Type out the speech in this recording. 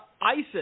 ISIS